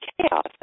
chaos